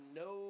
no